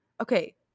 okay